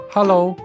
Hello 。